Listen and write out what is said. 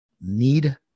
need